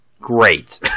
great